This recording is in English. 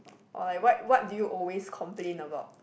or like what what do you always complain about